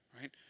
right